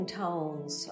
tones